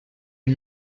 une